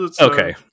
Okay